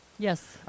Yes